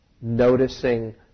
noticing